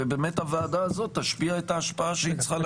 ובאמת הוועדה הזאת תשפיע את ההשפעה שהיא צריכה להשפיע.